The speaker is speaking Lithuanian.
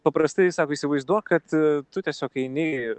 paprastai sako įsivaizduok kad tu tiesiog eini